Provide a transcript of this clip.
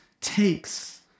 takes